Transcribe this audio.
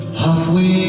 halfway